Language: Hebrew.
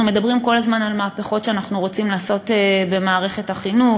אנחנו מדברים כל הזמן על מהפכות שאנחנו רוצים לעשות במערכת החינוך,